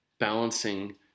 Balancing